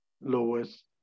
lowest